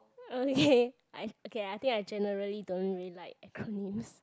okay I okay I think generally don't really like acronyms